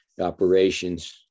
operations